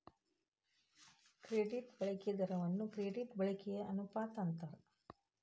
credit ಬಳಕೆ ದರವನ್ನ credit ಬಳಕೆಯ ಅನುಪಾತ ಅಂತಾರ